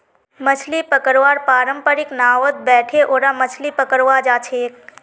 मछली पकड़वार पारंपरिक नावत बोठे ओरा मछली पकड़वा जाछेक